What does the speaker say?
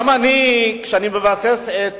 גם אני, כשאני מבסס את